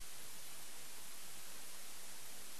לכן, התחלתי